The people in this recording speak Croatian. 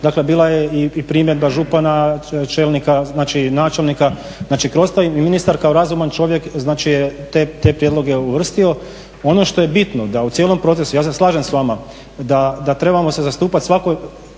Dakle, bila je i primjedba župana čelnika, znači načelnika. Kroz to i ministar kao razuman čovjek znači je te prijedloge uvrstio. Ono što je bitno da u cijelom procesu, ja se slažem s vama da trebamo zastupati interese